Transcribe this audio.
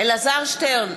אלעזר שטרן,